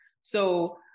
so-